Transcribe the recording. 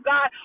God